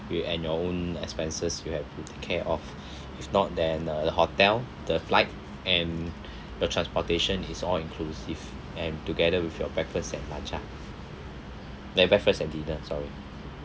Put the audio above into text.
you and your own expenses you have to take care of if not then uh the hotel the flight and the transportation is all inclusive and together with your breakfast and lunch ah eh breakfast and dinner sorry